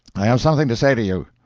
i have something to say to you.